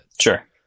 Sure